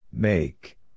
make